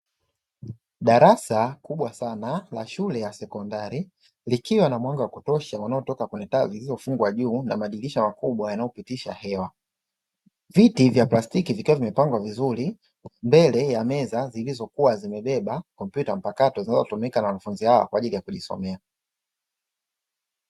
Darasa kubwa sana la shule ya sekondari, likiwa na mwanga wa kutosha unaotoka kwenye taa zilizofungwa juu na madirisha makubwa yanayopitisha hewa. Viti vya plastiki vikiwa vimepangwa vizuri, mbele ya meza zilizokuwa zimebeba kompyuta mpakato zinazotumika na wanafunzi hao kwa ajili ya kujisomea.